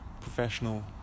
professional